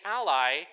ally